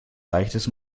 leichtes